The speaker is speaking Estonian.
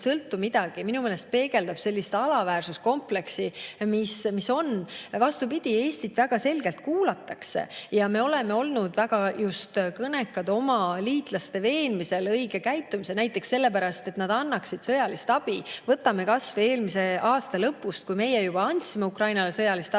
sõltu midagi, minu meelest peegeldab alaväärsuskompleksi. Vastupidi, Eestit väga selgelt kuulatakse ja me oleme olnud väga kõnekad oma liitlaste veenmisel õigesti käituma. Näiteks sellepärast, et nad annaksid sõjalist abi. Võtame kas või eelmise aasta lõpu, kui meie juba andsime Ukrainale sõjalist abi,